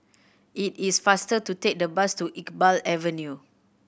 it is faster to take the bus to Iqbal Avenue